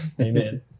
amen